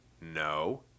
No